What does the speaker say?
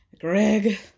Greg